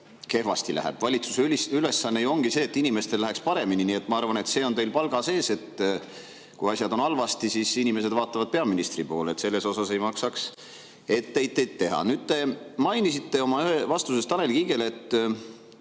kehvasti läheb. Valitsuse ülesanne ongi [tagada], et inimestel läheks paremini. Ma arvan, et see on teil palga sees, et kui asjad on halvasti, siis inimesed vaatavad peaministri poole. Selle eest ei maksaks etteheiteid teha. Te mainisite oma vastuses Tanel Kiigele, et